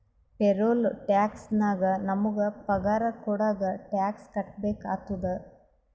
payroll tax ನಾಗ್ ನಮುಗ ಪಗಾರ ಕೊಡಾಗ್ ಟ್ಯಾಕ್ಸ್ ಕಟ್ಬೇಕ ಆತ್ತುದ